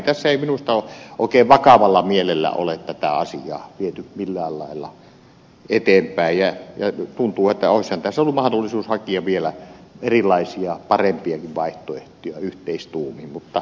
tässä ei minusta oikein vakavalla mielellä ole tätä asiaa viety millään lailla eteenpäin ja tuntuu että olisihan tässä ollut mahdollisuus hakea vielä erilaisia parempiakin vaihtoehtoja yhteistuumin mutta ei ole onnistunut